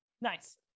Nice